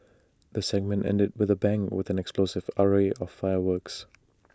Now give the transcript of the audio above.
the segment ended with A bang with an explosive array of fireworks